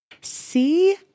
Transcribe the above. See